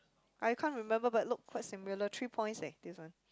but you can't remember but look quite similar three points eh this one